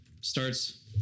starts